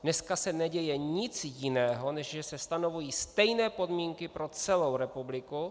Dnes se neděje nic jiného, než že se stanovují stejné podmínky pro celou republiku.